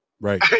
Right